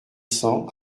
cents